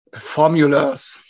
formulas